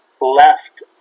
left